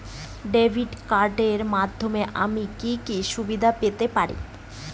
Debit কার্ডের মাধ্যমে আমি কি কি সুবিধা পেতে পারি?